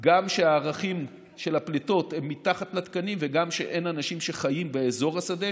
שהערכים של הפליטות הם מתחת לתקנים וגם שאין אנשים שחיים באזור השדה,